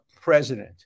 president